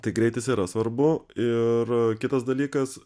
tai greitis yra svarbu ir kitas dalykas